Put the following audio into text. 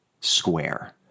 square